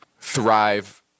thrive